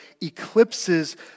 eclipses